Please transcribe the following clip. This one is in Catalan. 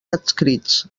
adscrits